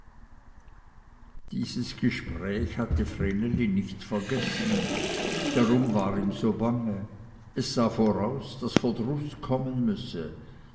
dieses gespräch hatte vreneli nicht vergessen darum war ihm so bange es sah voraus daß verdruß kommen müsse